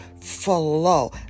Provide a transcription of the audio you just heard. flow